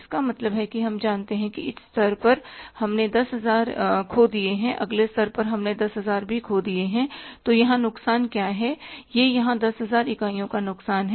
इसका मतलब है कि हम जानते हैं कि इस स्तर पर हमने 10000 खो दिए हैं अगले स्तर पर हमने 10000 भी खो दिए हैं तो यहाँ नुकसान क्या है यह यहाँ 10000 इकाइयों का नुकसान है